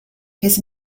his